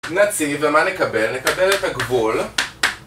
נציב, ומה נקבל? נקבל את הגבול